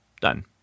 done